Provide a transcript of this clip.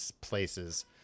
places